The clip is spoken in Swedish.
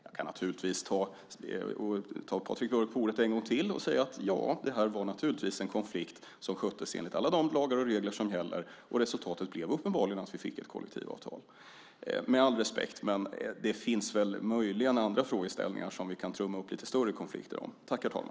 Jag kan naturligtvis ta Patrik Björck på orden en gång till och säga: Ja, detta var naturligtvis en konflikt som sköttes enligt alla de lagar och regler som gäller, och resultatet blev uppenbarligen att vi fick ett kollektivavtal. Med all respekt: Det finns väl möjligen andra frågeställningar som vi kan trumma upp lite större konflikter om!